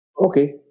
Okay